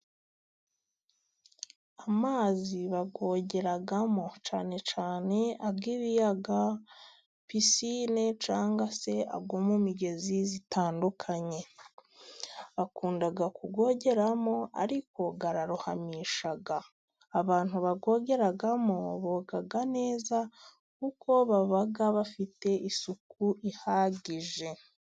Amazi bayogeramo cyane cyane ay'ibiyaga, pisine cyangwa se ayo mu migezi itandukanye, bakunda kuyogeramo ariko ararohamisha, abantu bayogeramo boga neza kuko baba bafite isuku ihagije.